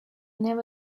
never